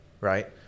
right